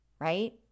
right